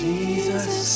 Jesus